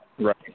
Right